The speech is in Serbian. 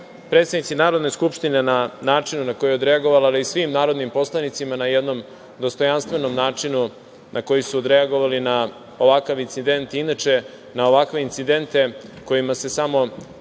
predsednici Narodne skupštine na načinu na koji je odreagovala, ali i svim narodnim poslanicima na jednom dostojanstvenom načinu na koji su odreagovali na ovakav incident. Inače, na ovakve incidente, kojima se samo